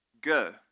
Go